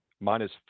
Minus